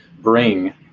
bring